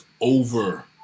over